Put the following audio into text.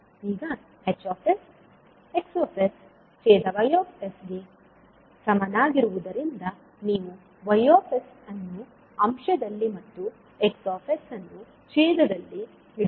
ಈಗ H X ಛೇದ Ys ಗೆ ಸಮನಾಗಿರುವುದರಿಂದ ನೀವು Ys ಅನ್ನು ಅಂಶದಲ್ಲಿ ಮತ್ತು X ಅನ್ನು ಛೇದದಲ್ಲಿ ಇಡುತ್ತೀರಿ